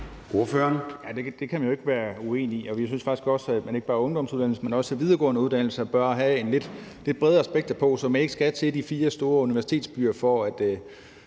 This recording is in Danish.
Ordføreren.